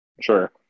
Sure